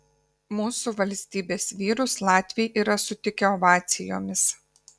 mūsų valstybės vyrus latviai yra sutikę ovacijomis